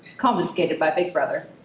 confiscated by big brother.